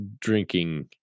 drinking